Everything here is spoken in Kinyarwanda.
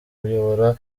kuyobora